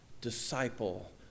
disciple